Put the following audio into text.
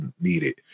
needed